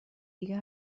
دیگه